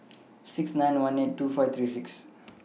six nine one eight two five three six